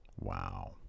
Wow